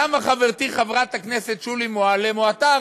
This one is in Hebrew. למה חברתי חברת הכנסת שולי מועלם או אתה,